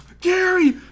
Gary